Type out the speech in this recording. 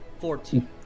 Fourteen